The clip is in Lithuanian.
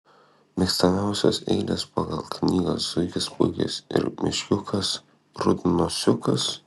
mėgstamiausios eilės pagal knygą zuikis puikis ir meškiukas rudnosiukas